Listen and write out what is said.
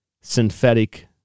synthetic